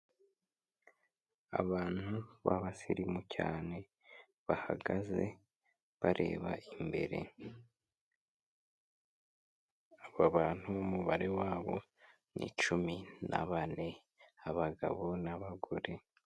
Abantu b'abasirimu cyane, bahagaze bareba imbere. Aba bantu umubare wabo, ni cumi na bane, abagabo n'abagore.